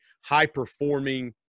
high-performing